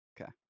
Okay